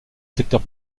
secteur